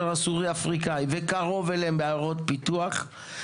הסורי-אפריקני וקרוב אליהם בעיירות פיתוח,